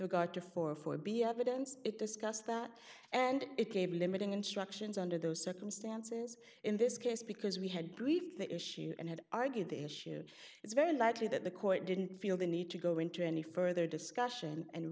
regard to four four b evidence it discussed that and it came limiting instructions under those circumstances in this case because we had briefed that issue and had argued the issue it's very likely that the court didn't feel the need to go into any further discussion and